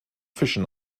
fischen